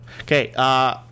Okay